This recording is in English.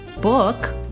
book